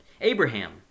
Abraham